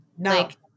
like-